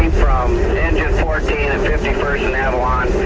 from engine fourteen at fifty first and avalon.